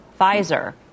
Pfizer